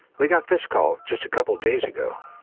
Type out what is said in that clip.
we got this call just a couple of days ago.